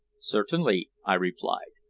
certainly, i replied,